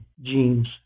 genes